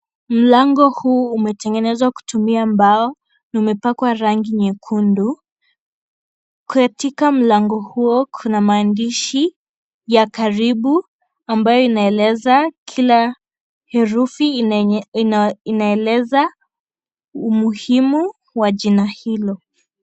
Mlango huu umetengenezwa kutumia mbao na umepakwa rangi nyekundu, katika mlango huo, kuna maandishi ya karibu ambayo inaeleza kila herufi inaeleza umuhimu wa jina hilo.